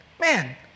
man